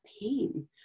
pain